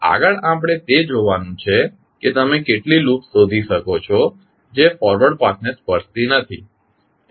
આગળ આપણે તે જોવાનું છે કે તમે કેટલી લૂપ્સ શોધી શકો છો જે ફોરવર્ડ પાથને સ્પર્શતી નથી